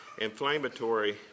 inflammatory